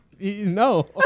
no